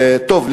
טוב.